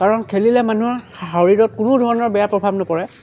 কাৰণ খেলিলে মানুহৰ শৰীৰত কোনো ধৰণৰ বেয়া প্ৰভাৱ নপৰে